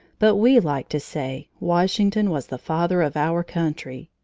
but we like to say washington was the father of our country,